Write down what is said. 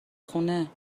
خونه